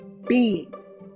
Beings